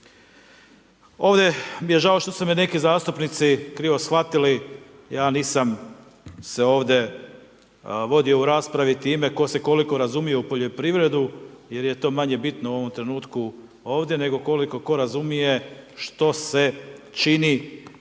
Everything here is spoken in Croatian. Ovdje mi je žao što su me neki zastupnici krivo shvatili ja nisam se ovdje vodio u raspravi time tko se koliko razumije u poljoprivredu jer je to manje bitno u ovom trenutku ovdje, nego tko koliko razumije što se čini poljoprivrednoj